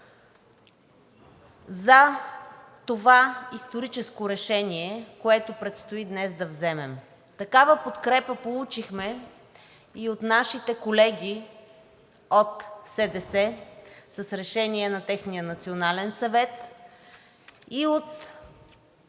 за това историческо решение, което предстои да вземем днес. Такава подкрепа получихме и от нашите колеги от СДС с решение на техния национален съвет и от